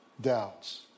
doubts